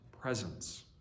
presence